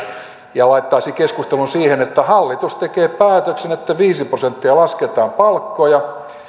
ja laittaisi keskustelun siihen että hallitus tekee päätöksen että viisi prosenttia lasketaan palkkoja